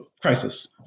crisis